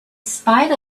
spite